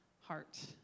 heart